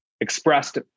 expressed